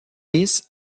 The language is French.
hisse